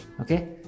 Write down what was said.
okay